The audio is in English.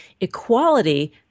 equality